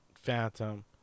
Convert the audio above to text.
phantom